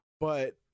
but-